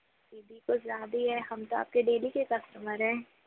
कुछ ज़्यादा ही है हम तो आपके डेली के कस्टमर हैं